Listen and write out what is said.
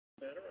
Better